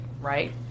right